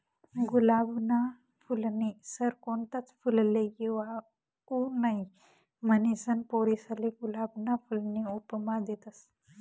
गुलाबना फूलनी सर कोणताच फुलले येवाऊ नहीं, म्हनीसन पोरीसले गुलाबना फूलनी उपमा देतस